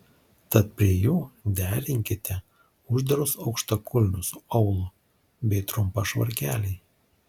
tad prie jų derinkite uždarus aukštakulnius su aulu bei trumpą švarkelį